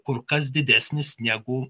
kur kas didesnis negu